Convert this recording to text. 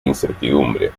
incertidumbre